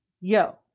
yo